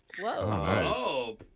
Whoa